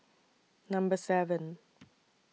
Number seven